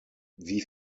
wie